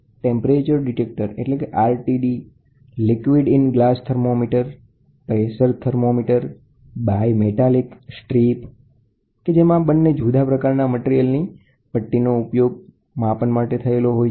thermocouples liquid in glass thermometer resistant temperature detector pressure thermometer thermistors અને bimetallic strip thermometers કે જેમાં બંને જુદા પ્રકારના મટિરિયલની પટ્ટીનો ઉપયોગ માપન માટે થાય છે